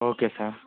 okay sir